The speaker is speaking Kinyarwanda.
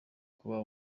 kuba